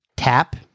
tap